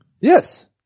Yes